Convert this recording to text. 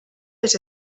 les